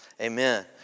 amen